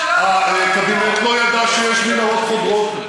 הקבינט לא ידע שיש מנהרות חודרות.